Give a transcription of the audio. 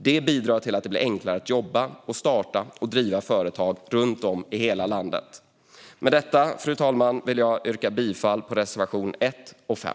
Detta bidrar till att det blir enklare att jobba och att starta och driva företag runt om i hela landet. Med detta, fru talman, vill jag yrka bifall till reservationerna 1 och 5.